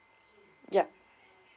ya